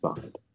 side